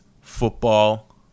football